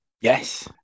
Yes